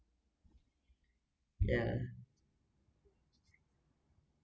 yeah